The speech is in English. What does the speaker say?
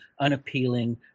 unappealing